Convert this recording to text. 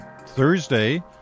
Thursday